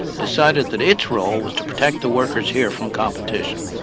decided that its role was to protect the workers here from competition.